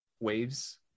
Waves